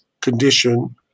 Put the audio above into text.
condition